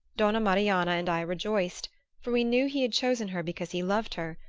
donna marianna and i rejoiced for we knew he had chosen her because he loved her,